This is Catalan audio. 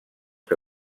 que